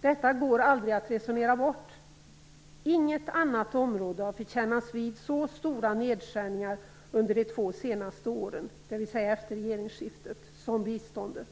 Detta går aldrig att resonera bort. Inget annat område har fått kännas vid så stora nedskärningar under de två senaste åren - dvs efter regeringsskiftet - som biståndet.